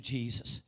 Jesus